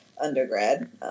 undergrad